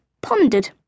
pondered